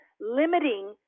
limiting